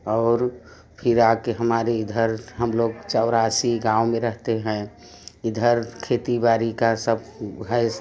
और फिर आके हमारे इधर हम लोग चौरासी गाँव में रहते हैं इधर खेती बाड़ी का सब है